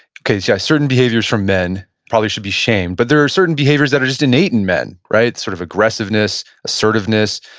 yeah certain behaviors from men probably should be shamed. but there are certain behaviors that are just innate in men, right? sort of aggressiveness, assertiveness,